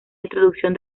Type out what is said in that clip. introducción